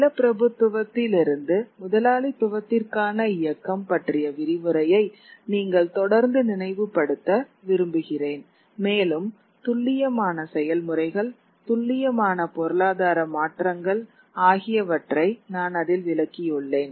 நிலப்பிரபுத்துவத்திலிருந்து முதலாளித்துவத்திற்கான இயக்கம் பற்றிய விரிவுரையை நீங்கள் தொடர்ந்து நினைவு படுத்த விரும்புகிறேன் மேலும் துல்லியமான செயல்முறைகள் துல்லியமான பொருளாதார மாற்றங்கள் ஆகியவற்றை நான் அதில் விளக்கியுள்ளேன்